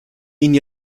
ihnen